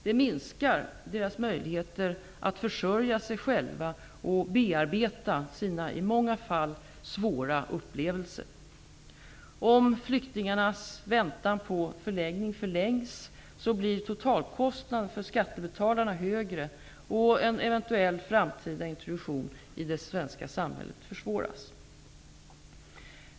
Det minskar deras möjligheter att försörja sig själva och bearbeta sina i många fall svåra upplevelser. Om flyktingarnas väntan på förläggning förlängs blir totalkostnaden för skattebetalarna högre och en eventuell framtida introduktion i det svenska samhället kan försvåras.